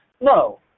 No